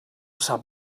sap